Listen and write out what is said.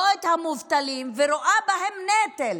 לא את המובטלים, ורואה בהם נטל